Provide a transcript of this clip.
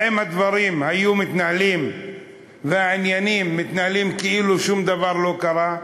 האם הדברים היו מתנהלים והעניינים מתנהלים כאילו שום דבר לא קרה?